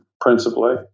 principally